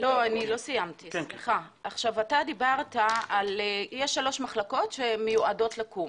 --- אתה דיברת על שלוש מחלקות שמיועדות לקום.